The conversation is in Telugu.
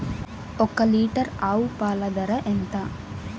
ఒక్క లీటర్ ఆవు పాల ధర ఎంత?